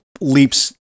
leaps